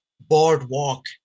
Boardwalk